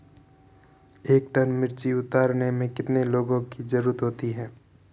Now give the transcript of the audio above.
एक टन मिर्ची उतारने में कितने लोगों की ज़रुरत होती है?